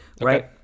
Right